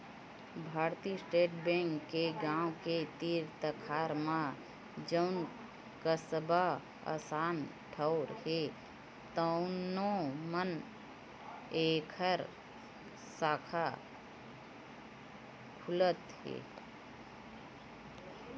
भारतीय state bank के गाँव के तीर तखार म जउन कस्बा असन ठउर हे तउनो म एखर साखा खुलत हे